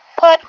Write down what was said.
Put